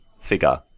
figure